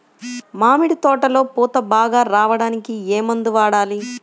మామిడి తోటలో పూత బాగా రావడానికి ఏ మందు వాడాలి?